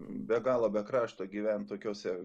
be galo be krašto gyvent tokiose